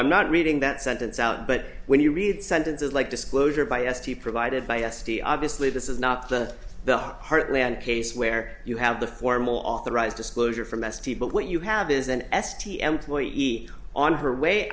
i'm not reading that sentence out but when you read sentences like disclosure by s t provided by s t obviously this is not the the heartland case where you have the formal authorized disclosure from s p but what you have is an s t employee on her way